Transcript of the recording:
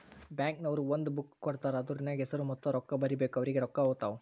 bank ನವ್ರು ಒಂದ್ book ಕೊಡ್ತಾರ್ ಅದೂರ್ನಗ್ ಹೆಸುರ ಮತ್ತ ರೊಕ್ಕಾ ಬರೀಬೇಕು ಅವ್ರಿಗೆ ರೊಕ್ಕಾ ಹೊತ್ತಾವ್